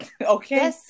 Okay